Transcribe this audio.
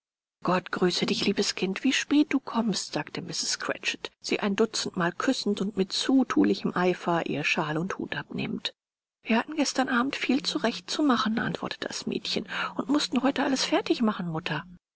gott grüße dich liebes kind wie spät du kommst sagte mrs cratchit sie ein dutzendmal küssend und mit zuthulichem eifer ihr shawl und hut abnehmend wir hatten gestern abend viel zurecht zu machen antwortete das mädchen und mußten heute alles fertig machen mutter